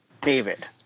David